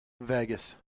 Vegas